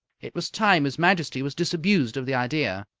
it was time his majesty was disabused of the idea.